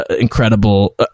incredible